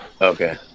Okay